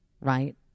Right